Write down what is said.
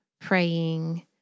praying